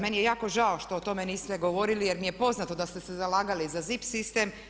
Meni je jako žao što o tome niste govorili jer mi je poznato da ste se zalagali za ZIP sistem.